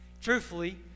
Truthfully